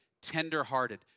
tender-hearted